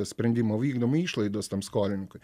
sprendimo vykdymo išlaidos tam skolininkui